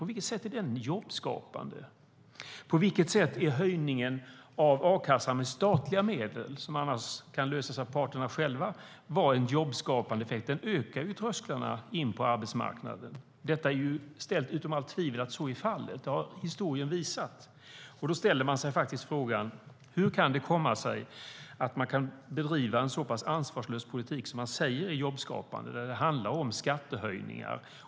På vilket sätt är det jobbskapande? På vilket sätt har höjningen av a-kassan med statliga medel, som annars kan lösas av parterna själva, en jobbskapande effekt? Den ökar ju trösklarna in på arbetsmarknaden. Det är ställt utom allt tvivel att så är fallet; det har historien visat. Då är faktiskt frågan: Hur kan det komma sig att man kan bedriva en så pass ansvarslös politik? Man säger att det är jobbskapande när det handlar om skattehöjningar.